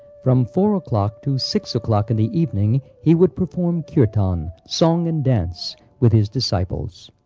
from four o'clock to six o'clock in the evening he would perform kirtan, song and dance, with his disciples.